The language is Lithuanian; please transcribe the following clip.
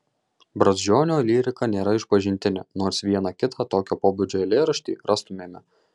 brazdžionio lyrika nėra išpažintinė nors vieną kitą tokio pobūdžio eilėraštį rastumėme